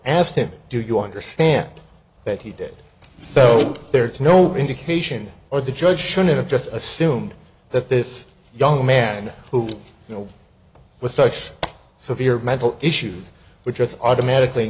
asked him do you understand that he did so there's no indication or the judge should have just assumed that this young man who you know with such severe mental issues which automatically